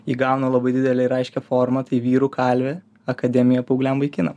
įgauna labai didelę ir aiškią formą tai vyrų kalvė akademiją paaugliam vaikinam